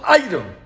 item